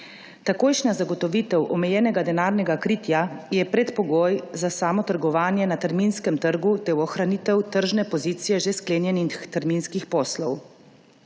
Takojšnja zagotovitev omejenega denarnega kritja je predpogoj za samo trgovanje na terminskem trgu ter ohranitev tržne pozicije že sklenjenih terminskih poslov.